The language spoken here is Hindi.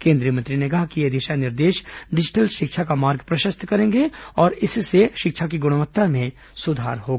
केन्द्रीय मंत्री ने कहा कि ये दिशा निर्देश डिजिटल शिक्षा का मार्ग प्रशस्त करेंगे और इससे शिक्षा की गुणवत्ता में सुधार होगा